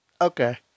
Okay